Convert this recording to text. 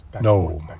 No